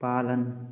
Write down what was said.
पालन